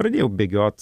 pradėjau bėgiot